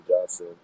Johnson